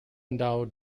endowed